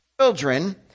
children